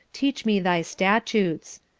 teach me thy statutes.